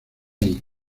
may